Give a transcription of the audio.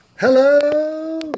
Hello